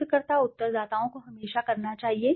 शोधकर्ता उत्तरदाताओं को हमेशा करना चाहिए